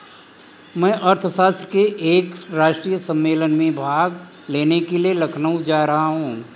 मैं अर्थशास्त्र के एक राष्ट्रीय सम्मेलन में भाग लेने के लिए लखनऊ जा रहा हूँ